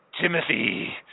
Timothy